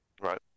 right